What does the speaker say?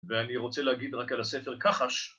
ואני רוצה להגיד רק על הספר כחש